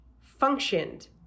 functioned